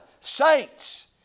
saints